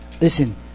Listen